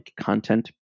content